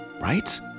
Right